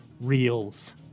reels